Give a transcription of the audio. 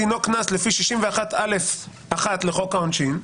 דינו קנס לפי 61(א)(1) לחוק העונשין.